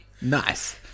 Nice